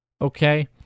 okay